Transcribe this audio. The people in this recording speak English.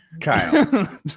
Kyle